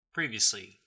Previously